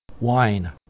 wine